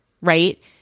right